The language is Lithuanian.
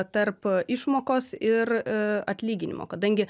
tarp išmokos ir a atlyginimo kadangi